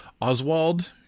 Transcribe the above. Oswald